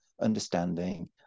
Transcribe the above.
understanding